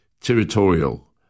territorial